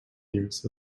years